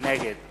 נגד